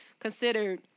considered